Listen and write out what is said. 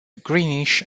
greenish